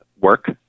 work